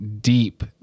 deep